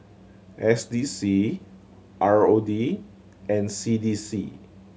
S D C R O D and C D C